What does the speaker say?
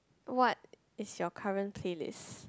what is your current playlist